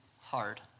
hard